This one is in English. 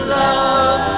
love